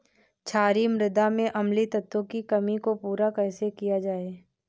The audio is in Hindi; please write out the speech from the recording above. क्षारीए मृदा में अम्लीय तत्वों की कमी को पूरा कैसे किया जाए?